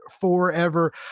forever